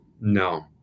No